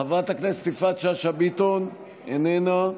חברת הכנסת יפעת שאשא ביטון, איננה,